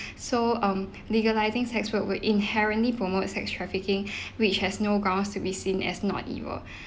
so um legalising sex work would inherently promote sex trafficking which has no grounds to be seen as not evil